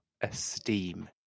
esteem